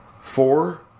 Four